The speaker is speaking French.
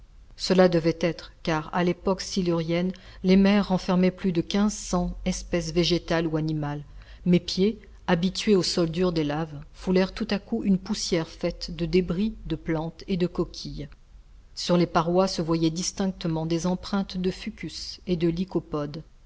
cela devait être car à l'époque silurienne les mers renfermaient plus de quinze cents espèces végétales ou animales mes pieds habitués au sol dur des laves foulèrent tout à coup une poussière faite de débris de plantes et de coquille sur les parois se voyaient distinctement des empreintes de fucus et de